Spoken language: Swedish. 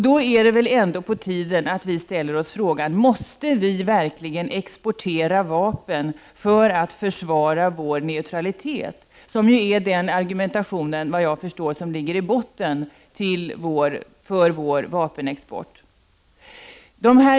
Då är det väl ändå på tiden att vi ställer oss frågan: Måste vi verkligen exportera vapen för att försvara vår neutralitet, vilket ju är den argumentation som ligger i botten på vår vapenexport, såvitt jag förstår?